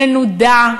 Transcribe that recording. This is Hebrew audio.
מנודה,